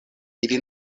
ili